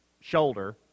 shoulder